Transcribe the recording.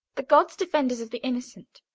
the gods, defenders of the innocent.